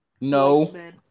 No